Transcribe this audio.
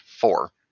four